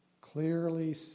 clearly